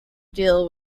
deal